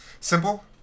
Simple